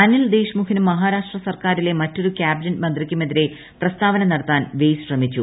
അനിൽ ദേശ്മുഖിനും മഹാരാഷ്ട്ര സർക്കാരിലെ മറ്റൊരു കാബിനറ്റ് മന്ത്രിക്കും എതിരെ പ്രസ്താവന നടത്താൻ വെയ്സ് ശ്രമിച്ചു